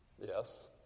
Yes